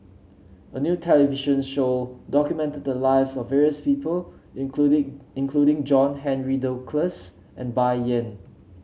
a new television show documented the lives of various people including including John Henry Duclos and Bai Yan